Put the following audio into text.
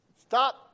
Stop